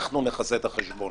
אנחנו נכסה את החשבון.